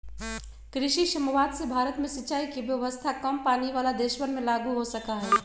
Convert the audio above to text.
कृषि समवाद से भारत में सिंचाई के व्यवस्था काम पानी वाला देशवन में लागु हो सका हई